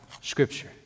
scripture